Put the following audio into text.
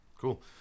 Cool